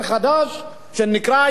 שנקרא: יוון-ספרד.